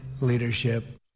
leadership